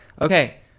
okay